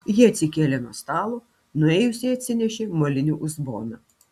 ji atsikėlė nuo stalo nuėjusi atsinešė molinį uzboną